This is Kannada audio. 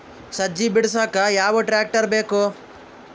ಸಜ್ಜಿ ಬಿಡಸಕ ಯಾವ್ ಟ್ರ್ಯಾಕ್ಟರ್ ಬೇಕು?